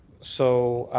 so